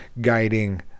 guiding